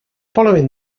following